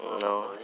No